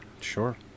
Sure